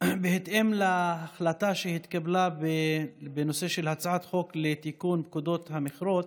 שבהתאם להחלטה שהתקבלה בנושא של הצעת החוק לתיקון פקודת המכרות,